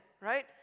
Right